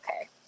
okay